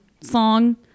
song